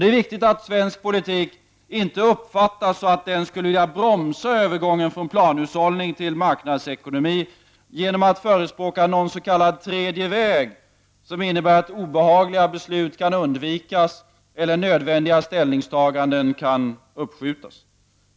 Det är viktigt att svensk politik inte uppfattas så att den skulle vilja bromsa övergången från planhushållning till marknadsekonomi genom att förespråka någon s.k. tredje väg som innebär att obehagliga beslut kan undvikas eller nödvändiga ställningstaganden uppskjutas.